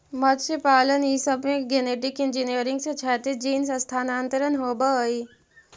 मत्स्यपालन ई सब में गेनेटिक इन्जीनियरिंग से क्षैतिज जीन स्थानान्तरण होब हई